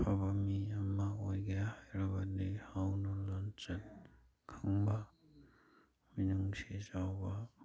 ꯑꯐꯕ ꯃꯤ ꯑꯃ ꯑꯣꯏꯒꯦ ꯍꯥꯏꯔꯕꯗꯤ ꯍꯧꯅ ꯂꯣꯟꯆꯠ ꯈꯪꯕ ꯃꯤꯅꯨꯡꯁꯤ ꯆꯥꯎꯕ